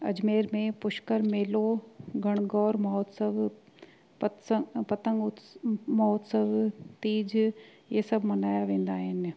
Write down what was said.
अजमेर में पुष्कर मेलो गणगौर महोत्सव पत्स पतंग उत्स महोत्सव तीज हीअ सभु मल्हाया वेंदा आहिनि